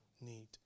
need